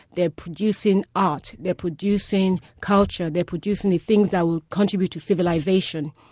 they're producing art, they're producing culture, they're producing the things that will contribute to civilization.